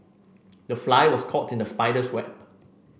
the fly was caught in the spider's web